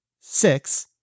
six